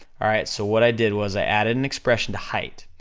alright, so what i did was, i added an expression to height,